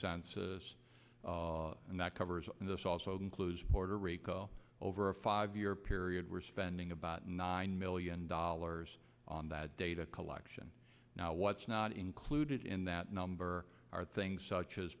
census and that covers and this also includes puerto rico over a five year period we're spending about nine million dollars on that data collection now what's not included in that number are things such as